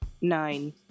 Nine